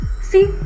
see